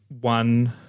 one